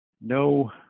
No